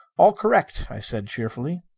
all correct, i said cheerfully.